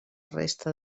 resta